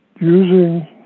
using